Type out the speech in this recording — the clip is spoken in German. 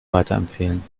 weiterempfehlen